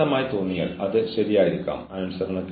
എന്താണ് ആവശ്യമെന്ന് നിങ്ങൾ ജീവനക്കാരനോട് പറഞ്ഞു